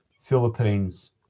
philippines